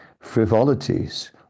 frivolities